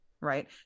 right